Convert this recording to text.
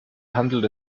handelt